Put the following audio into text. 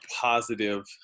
positive